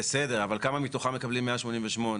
בסדר, אבל כמה מתוכם מקבלים 188?